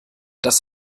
das